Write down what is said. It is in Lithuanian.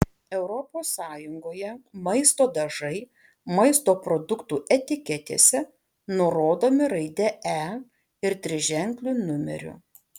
europos sąjungoje maisto dažai maisto produktų etiketėse nurodomi raide e ir triženkliu numeriu